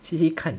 see see 看